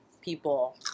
people